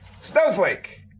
Snowflake